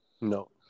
No